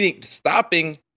Stopping